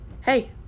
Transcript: hey